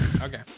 Okay